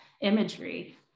imagery